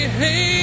hey